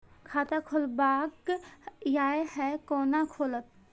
खाता खोलवाक यै है कोना खुलत?